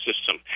system